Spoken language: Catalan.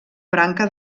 branca